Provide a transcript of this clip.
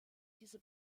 diese